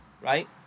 Right